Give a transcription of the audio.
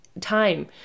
time